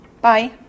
Bye